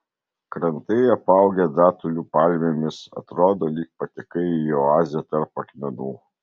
krantai apaugę datulių palmėmis atrodo lyg patekai į oazę tarp akmenų